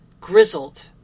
grizzled